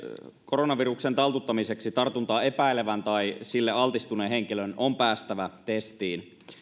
koronaviruksen taltuttamiseksi tartuntaa epäilevän tai sille altistuneen henkilön on päästävä testiin